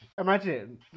Imagine